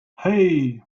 hej